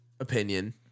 Opinion